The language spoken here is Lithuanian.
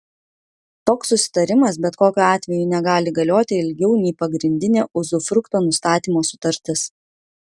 toks susitarimas bet kokiu atveju negali galioti ilgiau nei pagrindinė uzufrukto nustatymo sutartis